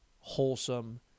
wholesome